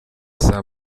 saa